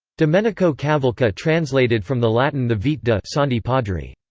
domenico cavalca translated from the latin the vite de' santi padri.